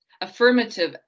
Affirmative